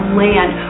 land